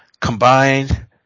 combined